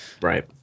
Right